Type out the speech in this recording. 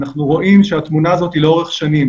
אנחנו רואים שהתמונה הזאת היא לאורך שנים.